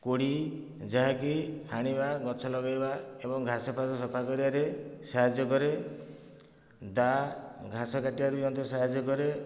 କୋଡ଼ି ଯାହାକି ହାଣିବା ଗଛ ଲଗାଇବା ଏବଂ ଘାସଫାସ ସଫା କରିବାରେ ସାହାଯ୍ୟ କରେ ଦାଆ ଘାସ କାଟିବାରେ ମଧ୍ୟ ସାହାଯ୍ୟ କରେ